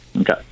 Okay